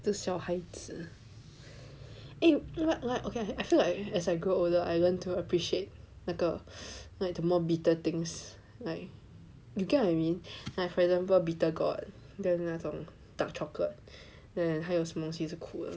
this 小孩子 eh l~ like ok I feel like as I grow older I learn to appreciate 那个 like the more bitter things like you get what I mean like for example bitter gourd dark chocolate then 还有什么东西